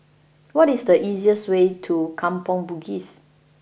what is the easiest way to Kampong Bugis